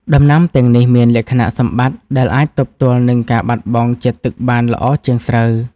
ដំណាំទាំងនេះមានលក្ខណៈសម្បត្តិដែលអាចទប់ទល់នឹងការបាត់បង់ជាតិទឹកបានល្អជាងស្រូវ។